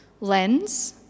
lens